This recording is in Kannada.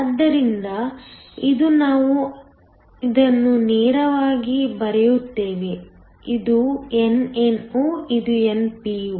ಆದ್ದರಿಂದ ಇದು ನಾವು ಅದನ್ನು ನೇರವಾಗಿ ಬರೆಯುತ್ತೇವೆ ಇದು nno ಇದು npo